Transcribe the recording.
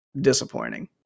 disappointing